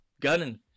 gunning